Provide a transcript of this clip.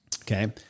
Okay